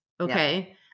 Okay